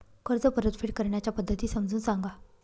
कर्ज परतफेड करण्याच्या पद्धती समजून सांगा